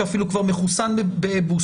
שאפילו כבר מחוסן בבוסטר.